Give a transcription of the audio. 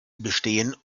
bestehen